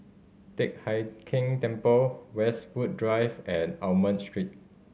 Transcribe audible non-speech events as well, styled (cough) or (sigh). Teck Hai Keng Temple (noise) Westwood Drive and Almond Street